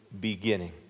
beginning